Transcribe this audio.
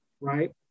right